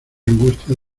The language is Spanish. angustia